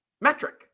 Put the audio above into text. metric